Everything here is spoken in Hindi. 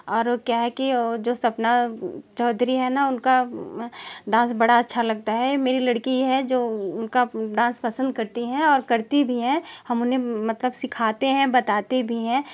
और क्या है कि और जो सपना चौधरी हैं ना उनका डांस बड़ा अच्छा लगता है मेरी लड़की है जो उनका डांस पसंद करती है और करती भी है हम उन्हें मतलब सिखाते हैं बताते भी हैं